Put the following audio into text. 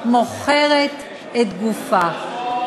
מוכרת את גופה.